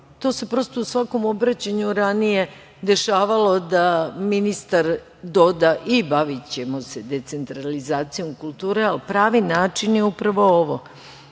To se, prosto u svakom obraćanju ranije dešavalo da ministar doda: „i bavićemo se decentralizacijom kulture“, a pravi način je upravo ovo,